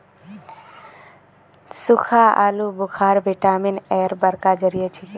सुक्खा आलू बुखारा विटामिन एर बड़का जरिया छिके